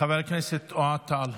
חבר הכנסת אוהד טל,